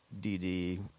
DD